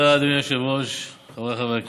תודה, אדוני היושב-ראש, חבריי חברי הכנסת,